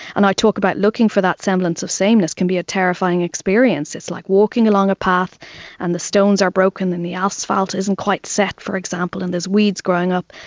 and i talk about how looking for that semblance of sameness can be a terrifying experience, it's like walking along a path and the stones are broken and the asphalt isn't quite set, for example, and there's weeds growing up.